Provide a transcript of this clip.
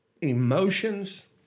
emotions